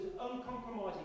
uncompromising